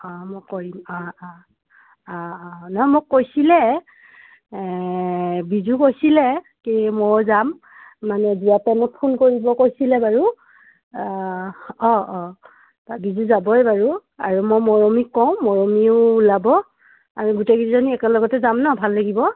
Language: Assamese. অঁ মই কৰিম অঁ অঁ অঁ অঁ নহয় মোক কৈছিলে বিজু কৈছিলে কি ময়ো যাম মানে যোৱা টাইমত ফোন কৰিব কৈছিলে বাৰু অঁ অঁ বিজু যাবই বাৰু আৰু মই মৰমীক কওঁ মৰমীও ওলাব আমি গোটেইকেইজনী একেলগতে যাম ন ভাল লাগিব